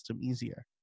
easier